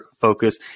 focus